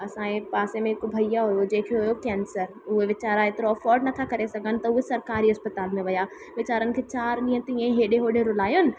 असांजे पासे में हिकु भईया हुयो जंहिंखे हुयो कैंसर उहे वेचारा एतिरो अफॉर्ड नथा करे सघनि त उहो सरकारी अस्पताल में विया वेचारनि खे चार ॾींहुं त हीअं ई हेॾे होॾे रुलायनि